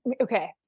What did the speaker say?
Okay